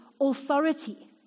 authority